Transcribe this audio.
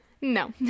No